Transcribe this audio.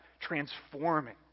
transforming